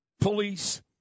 police